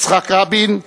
יצחק רבין,